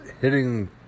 hitting